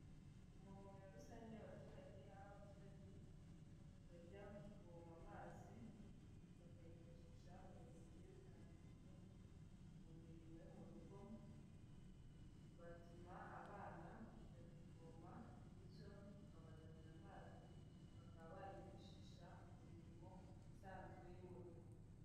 Ku mavomero rusange y'abaturage aho abaturage bajya kuvoma amazi bakayifashisha mu bintu bigiye bitandukanye mu mirimo yo mu rugo, batuma abana kujya kuvoma bityo bakabazanira amazi bakaba bayifashisha mu mirimo isanzwe yo mu rugo.